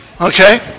okay